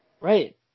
Right